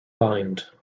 lined